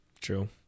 True